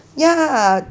ya